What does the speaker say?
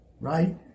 right